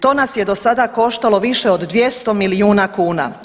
To nas je do sada koštalo više od 200 milijuna kuna.